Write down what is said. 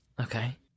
Okay